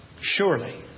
Surely